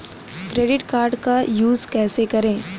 Credit card का use कैसे करें?